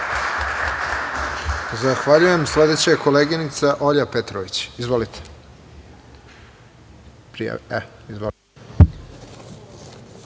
Zahvaljujem. Sledeća je koleginica Olja Petrović. **Olja